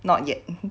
not yet